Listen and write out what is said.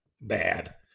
bad